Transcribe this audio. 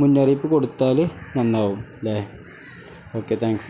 മുന്നറിയിപ്പ് കൊടുത്താൽ നന്നാകും അല്ലേ ഓക്കെ താങ്ക്സ്